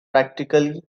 practically